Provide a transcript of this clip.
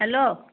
hello